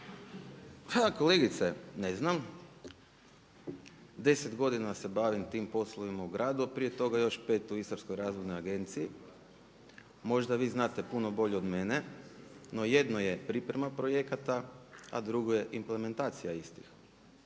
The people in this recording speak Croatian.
Pa kolegice ne znam. 10 godina se bavim tim poslovima u gradu a prije toga još 5 u Istarskoj razvodnoj agenciji. Možda vi znate puno bolje od mene. No jedno je priprema projekata a drugo je implementacija istih.